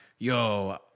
yo